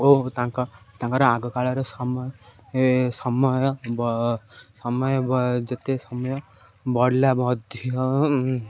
ଓ ତାଙ୍କ ତାଙ୍କର ଆଗ କାଳରେ ସମୟ ସମୟ ସମୟ ଯେତେ ସମୟ ବଢ଼ିଲା ମଧ୍ୟ